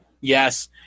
Yes